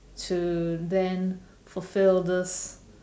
to then fulfil this